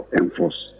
enforce